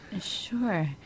sure